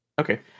Okay